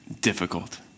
difficult